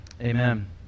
amen